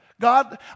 God